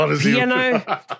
piano